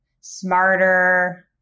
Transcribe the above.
smarter